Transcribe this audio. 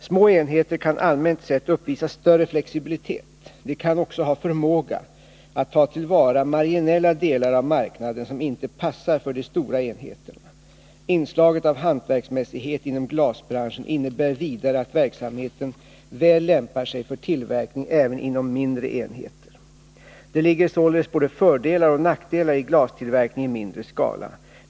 Små enheter kan allmänt sett uppvisa större flexibilitet. De kan också ha förmåga att ta till vara marginella delar av marknaden som inte passar för de stora enheterna. Inslaget av hantverksmässighet inom glasbranschen innebär vidare att verksamheten väl lämpar sig för tillverkning även inom mindre enheter. Det ligger således både fördelar och nackdelar i glastillverkning i mindre skala.